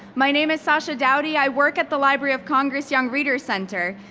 my name is sasha dowdy, i work at the library of congress young readers' center,